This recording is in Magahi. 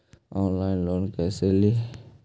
ऑनलाइन लोन कैसे ली?